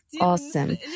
awesome